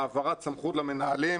העברת סמכות אליהם,